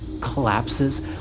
collapses